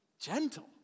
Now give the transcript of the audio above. Gentle